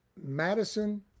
Madison